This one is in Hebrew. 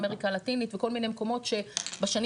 אמריקה הלטינית וכל מיני מקומות שבשנים